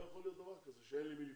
לא יכול להיות דבר כזה שאין למי לפנות.